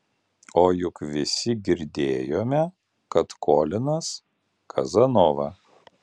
o juk visi girdėjome kad kolinas kazanova